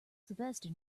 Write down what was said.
sylvester